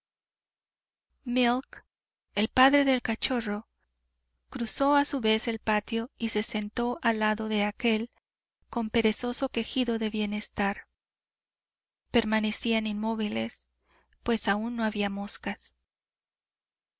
trabajo milk el padre del cachorro cruzó a su vez el patio y se sentó al lado de aquél con perezoso quejido de bienestar permanecían inmóviles pues aún no había moscas